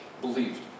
believed